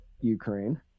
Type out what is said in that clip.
Ukraine